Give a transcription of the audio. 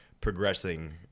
progressing